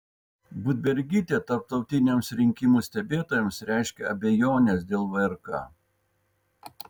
budbergytė tarptautiniams rinkimų stebėtojams reiškia abejones dėl vrk